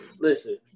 listen